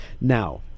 now